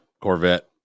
Corvette